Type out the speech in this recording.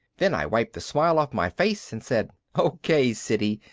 then i wiped the smile off my face and said, okay, siddy,